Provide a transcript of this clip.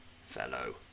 fellow